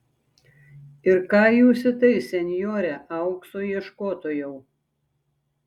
ir ką jūs į tai senjore aukso ieškotojau